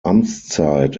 amtszeit